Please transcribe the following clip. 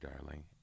darling